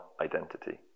identity